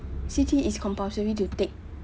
C_T is compulsory to take